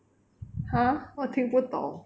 !huh! 我听不懂